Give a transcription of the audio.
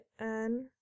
-N